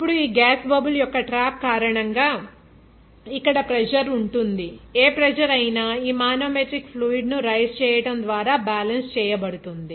ఇప్పుడు ఈ gas bubble యొక్క ట్రాప్ కారణంగా ఇక్కడ ప్రెజర్ ఉంటుందిఏ ప్రెజర్ అయినా ఈ మానోమెట్రిక్ ఫ్లూయిడ్ ను రైజ్ చేయడం ద్వారా బాలన్స్ చేయబడుతుంది